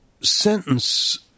sentence